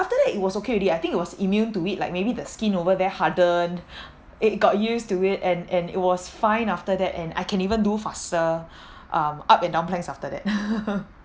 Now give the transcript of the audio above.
after that it was okay already I think it was immune to it like maybe the skin over there hardened it got used to it and and it was fine after that and I can even do faster um up and down planks after that